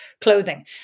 clothing